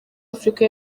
afurika